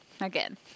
Again